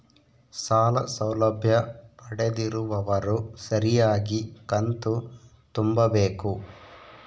ಸಾಲ ಸೌಲಭ್ಯ ಪಡೆದಿರುವವರು ಸರಿಯಾಗಿ ಕಂತು ತುಂಬಬೇಕು?